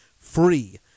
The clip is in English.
free